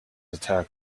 attack